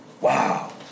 wow